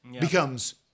becomes